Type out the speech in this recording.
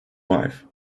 wife